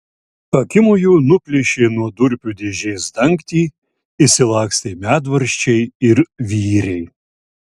akimoju nuplėšė nuo durpių dėžės dangtį išsilakstė medvaržčiai ir vyriai